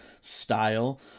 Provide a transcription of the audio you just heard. style